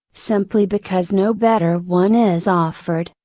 simply because no better one is offered,